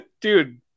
Dude